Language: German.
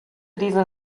diesen